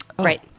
Right